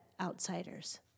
outsiders